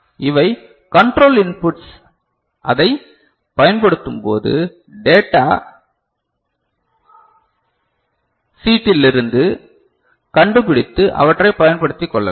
இவை control inputs அதைப் பயன்படுத்தும்போது டேட்டா சீட்டிலிருந்து கண்டுபிடித்து அவற்றைப் பயன்படுத்திக் கொள்ளலாம்